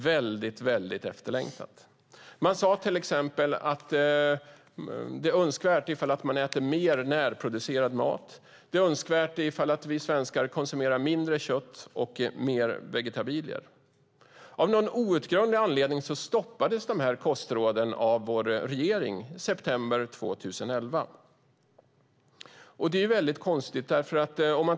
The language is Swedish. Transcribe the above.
Det var väldigt efterlängtat. Man sade till exempel att det är önskvärt att man äter mer närproducerad mat, och att det är önskvärt att vi svenskar konsumerar mindre kött och mer vegetabilier. Av någon outgrundlig anledning stoppades dessa kostråd av regeringen i september 2011. Det är konstigt.